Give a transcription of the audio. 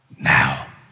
now